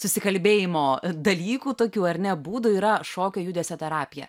susikalbėjimo dalykų tokių ar ne būdų yra šokio judesio terapija